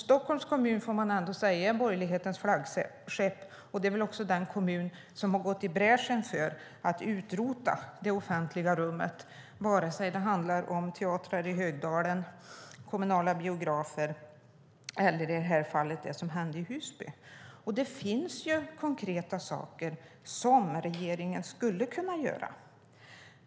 Stockholms kommun är borgerlighetens flaggskepp, och det är den kommun som har gått i bräschen för att utrota det offentliga rummet - vare sig det handlar om teatrar i Högdalen, kommunala biografer eller vad som har hänt i Husby. Det finns ju konkreta saker som regeringen skulle kunna göra.